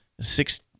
Six